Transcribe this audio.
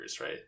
right